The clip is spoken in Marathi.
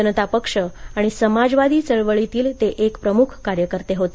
जनता पक्ष आणि समाजवादी चळवळीतील ते एक प्रमुख कार्यकर्ते होते